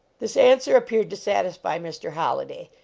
this answer appeared to satisfy mr. holli day,